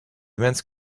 immense